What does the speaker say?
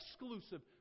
exclusive